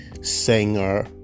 Singer